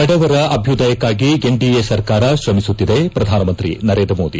ಬಡವರ ಅಭ್ಯುದಯಕ್ಕಾಗಿ ಎನ್ಡಿಎ ಸರ್ಕಾರ ಶ್ರಮಿಸುತ್ತಿದೆ ಪ್ರಧಾನಮಂತ್ರಿ ನರೇಂದ್ರಮೋದಿ